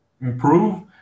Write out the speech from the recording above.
improve